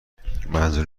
منظور